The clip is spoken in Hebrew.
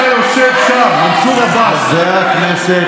אתה יושב שם, מנסור עבאס, חבר הכנסת